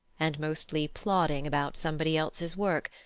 and mostly plodding about somebody else's work,